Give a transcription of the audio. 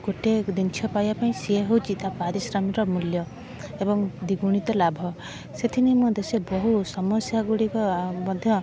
ଗୋଟେ ଜିଣିଷ ପାଇବା ପାଇଁ ସିଏ ହେଉଛି ତା ପାରିଶ୍ରମିକର ମୂଲ୍ୟ ଏବଂ ଦ୍ଵିଗୁଣିତ ଲାଭ ସେଥି ନିମନ୍ତେ ସେ ବହୁ ସମସ୍ୟାଗୁଡ଼ିକ ଆ ମଧ୍ୟ